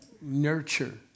nurture